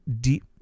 deep